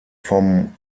vom